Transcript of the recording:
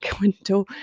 window